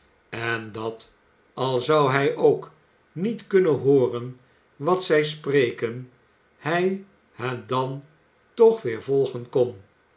en dat al zou hij ook niet kunnen hooren wat zij spreken hij hen dan toch weer volgen kon